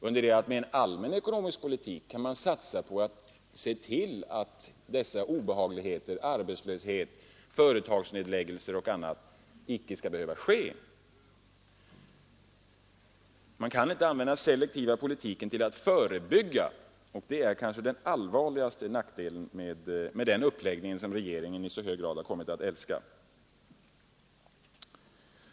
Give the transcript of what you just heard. Med en allmän ekonomisk politik kan man däremot se till att arbetslöshet, företagsnedläggelser och annat inte behöver ske. Selektiv politik kan inte användas för att förebygga, vilket kanske är den allvarligaste nackdelen med den uppläggning som regeringen i så hög grad kommit att älska.